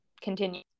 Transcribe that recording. continue